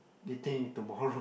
eating it tomorrow